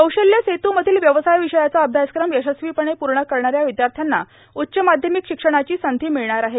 कौशल्य सेतू मधील व्यवसाय विषयाचा अभ्यासक्रम यशस्वीपणे पूर्ण करणाऱ्या विद्यार्थ्यांना उच्च माध्यमिक शिक्षणाची संची मिळणार आहे